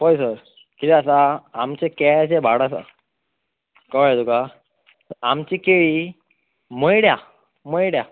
पळय सर किदे आसा आमचे केळ्याचे भाट आसा कळ्ळें तुमका आमची केळी मयड्या मयड्या